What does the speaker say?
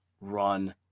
run